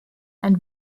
ein